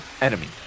Enemy